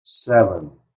seven